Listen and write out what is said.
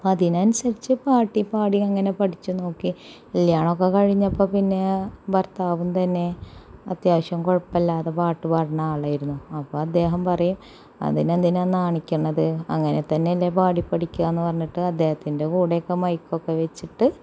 അതിനനുസരിച്ച് പാട്ടി പാടി അങ്ങനെ പഠിച്ചുനോക്കി കല്യാണമൊക്കെ കഴിഞ്ഞപ്പം പിന്നെ ഭർത്താവും തന്നെ അത്യാവശ്യം കുഴപ്പമില്ലാതെ പാട്ടുപാടുന്ന ആളായിരുന്നു അപ്പം അദ്ദേഹം പറയും അതിനെന്തിനാ നാണിക്കുന്നത് അങ്ങനെതന്നല്ലേ പാടി പഠിക്കുക എന്നുപറഞ്ഞിട്ട് അദ്ദേഹത്തിൻ്റെ കൂടെയൊക്ക മൈക്കൊക്കെ വച്ചിട്ട്